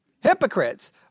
hypocrites